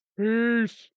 Peace